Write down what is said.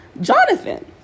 Jonathan